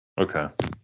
Okay